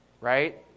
right